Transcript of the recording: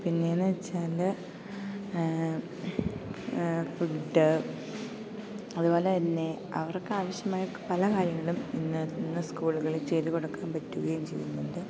പിന്നെയെന്നുവെച്ചാല് food അതുപോലെതന്നെ അവർക്ക് ആവശ്യമായ പല കാര്യങ്ങളും ഇന്ന് ഇന്ന് സ്കൂളുകളിൽ ചെയ്തുകൊടുക്കാന് പറ്റുകയും ചെയ്യുന്നുണ്ട്